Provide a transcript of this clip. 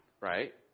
right